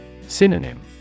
Synonym